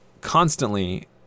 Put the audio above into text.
constantly